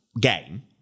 game